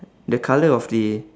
the colour of the